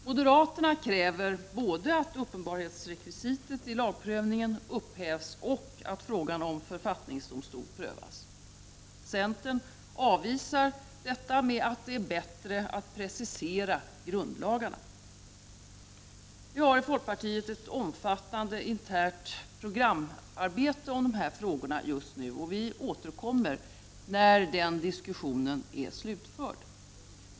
Moderaterna kräver både att uppenbarhetsrekvisitet i lagprövningen upphävs och att frågan om författningsdomstol prövas. Centern avvisar detta med att det är bättre att precisera grundlagarna. Vi i folkpartiet bedriver ett omfattande internt programarbete om dessa frågor just nu, och vi återkommer när den diskussionen är slutförd.